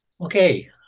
Okay